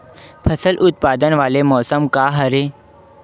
फसल उत्पादन वाले मौसम का हरे?